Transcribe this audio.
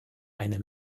eine